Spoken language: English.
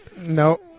No